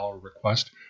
request